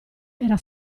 era